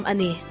Ani